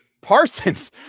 Parsons